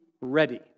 ready